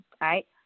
right